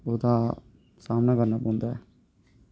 ओह्दा सामना करना पौंदा ऐ